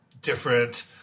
different